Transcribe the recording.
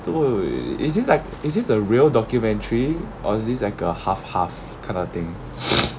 对 is this like is this a real documentary or is this like a half half kind of thing